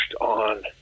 on